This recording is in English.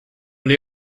been